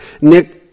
Nick